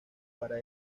para